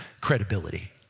credibility